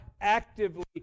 actively